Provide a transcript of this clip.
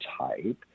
type